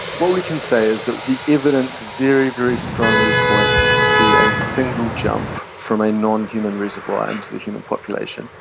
what we can say is that the evidence very, very strongly points to a single jump from a nonhuman reservoir into the human population.